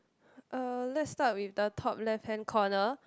uh let's start with the top left hand corner